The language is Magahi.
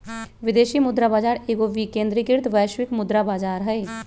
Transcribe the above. विदेशी मुद्रा बाजार एगो विकेंद्रीकृत वैश्विक मुद्रा बजार हइ